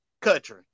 country